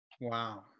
Wow